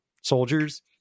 soldiers